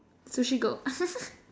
sushi go